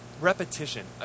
Repetition